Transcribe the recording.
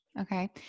Okay